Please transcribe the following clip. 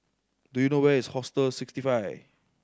do you know where is Hostel Sixty Five